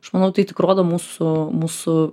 aš manau tai tik rodo mūsų mūsų